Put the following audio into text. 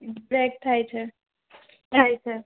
break થાય છે થાય છે